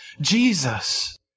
Jesus